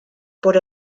por